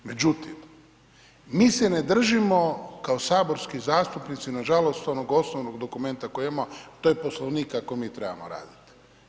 Međutim, mi se ne držimo kao saborski zastupnici nažalost onog osnovnog dokumenta koji imamo, a to je Poslovnik kako mi trebamo raditi.